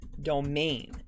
domain